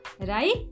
right